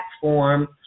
platform